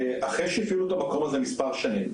אחרי שהפעילו את המקום הזה מספר שנים,